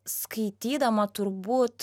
skaitydama turbūt